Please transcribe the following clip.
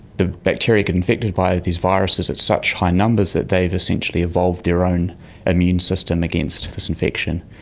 the bacteria get infected by these viruses at such high numbers that they have essentially evolved their own immune system against this infection.